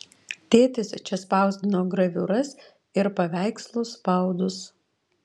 tėtis čia spausdino graviūras ir paveikslų spaudus